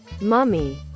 mummy